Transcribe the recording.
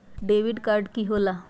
Debit card की होला?